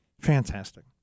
Fantastic